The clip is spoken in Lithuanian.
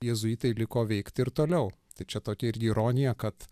jėzuitai liko veikt ir toliau tai čia tokia irgi ironija kad